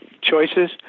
choices